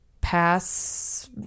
Pass